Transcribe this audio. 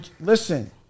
listen